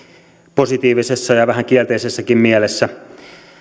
positiivisessa ja vähän kielteisessäkin mielessä